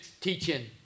teaching